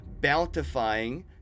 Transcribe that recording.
Bountifying